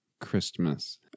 Christmas